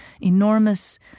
enormous